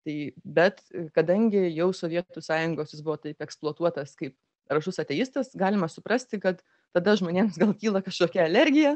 tai bet kadangi jau sovietų sąjungos jis buvo taip eksploatuotas kaip aršus ateistas galima suprasti kad tada žmonėms gal kyla kažkokia alergija